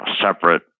separate